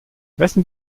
wessen